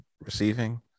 receiving